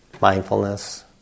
mindfulness